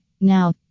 Now